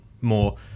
more